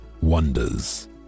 wonders